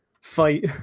fight